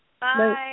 Bye